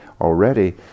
already